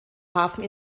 hafen